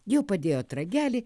jau padėjot ragelį